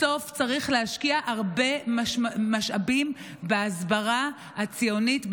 בסוף צריך להשקיע הרבה משאבים בהסברה הציונית,